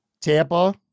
Tampa